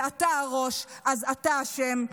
ואתה הראש, אז אתה אשם.